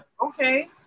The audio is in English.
Okay